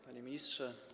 Panie Ministrze!